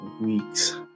weeks